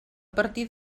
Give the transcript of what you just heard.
partir